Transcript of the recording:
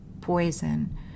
poison